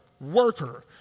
worker